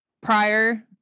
prior